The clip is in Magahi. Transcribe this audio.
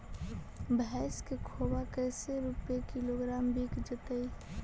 भैस के खोबा कैसे रूपये किलोग्राम बिक जइतै?